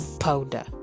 powder